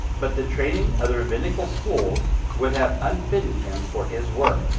but the training of the rabbinical schools would have unfitted him for his work.